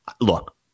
look